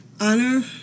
Honor